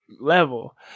level